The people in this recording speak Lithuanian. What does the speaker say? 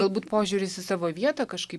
galbūt požiūris į savo vietą kažkaip